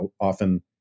often